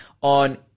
on